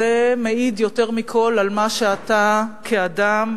מעידה יותר מכול על מה שאתה כאדם,